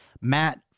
Matt